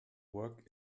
work